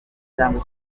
cyangwa